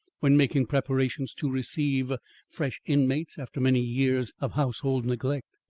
when making preparations to receive fresh inmates after many years of household neglect.